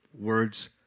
Words